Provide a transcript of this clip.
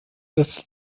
als